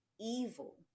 evil